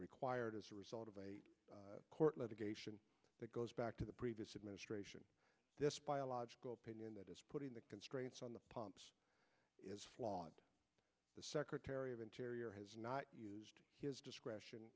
required as a result of a court litigation that goes back to the previous administration a logical opinion that is putting the constraints on the pumps is flawed the secretary of interior has not used his discretion